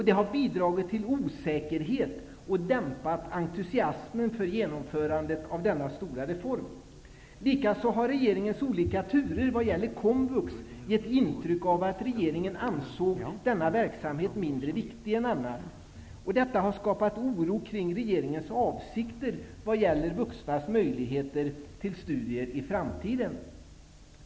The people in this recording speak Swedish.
Det har bidragit till osäkerhet och dämpad entusiasm för genomförandet av denna stora reform. Likaså har regeringens olika turer vad gäller komvux givit intryck av att regeringen ansåg denna verksamhet mindre viktig än annat. Detta har skapat oro kring regeringens avsikter vad gäller vuxnas möjligheter till studier i framtiden.